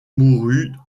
mourut